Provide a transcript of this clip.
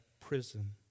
prison